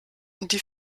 die